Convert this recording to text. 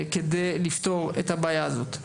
כדי לפתור את הבעיה הזאת.